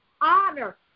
honor